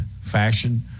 fashion